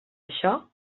això